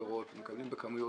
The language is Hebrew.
ופירות הם מקבלים בכמויות,